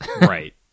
Right